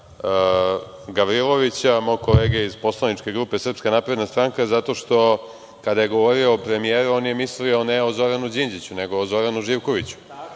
Gavrilovića, mog kolege iz poslaničke grupe SNS zato što kada je govorio o premijeru, one nije mislio o Zoranu Đinđiću, nego o Zoranu Živkoviću.